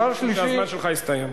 הזמן שלך הסתיים.